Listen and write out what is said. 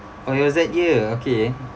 oh it was that year okay